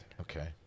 Okay